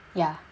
ya